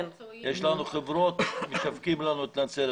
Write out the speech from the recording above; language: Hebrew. יש לנו חברות שמשווקות לנו את נצרת,